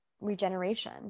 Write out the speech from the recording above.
regeneration